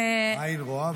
אני רואה.